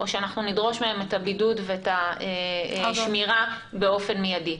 או שאנחנו נדרוש מהם את הבידוד ואת השמירה באופן מידי?